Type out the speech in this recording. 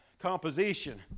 Composition